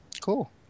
Cool